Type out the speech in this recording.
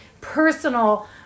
personal